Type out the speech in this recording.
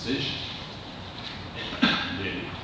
this is